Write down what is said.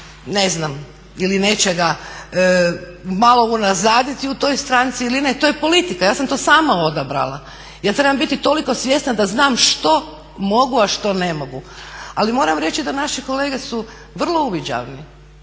ne znam ili nečega malo unazaditi u toj stranci ili ne. To je politika, ja sam to sama odabrala, ja trebam biti toliko svjesna da znam što mogu a što ne mogu. Ali moram reći da naši kolege su vrlo uviđavni.